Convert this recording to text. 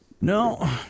No